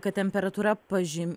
kad temperatūra paži